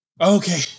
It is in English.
Okay